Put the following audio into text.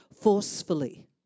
forcefully